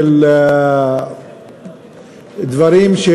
דברים של